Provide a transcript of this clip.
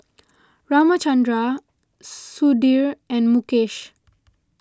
Ramchundra Sudhir and Mukesh